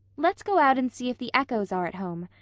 let's go out and see if the echoes are at home.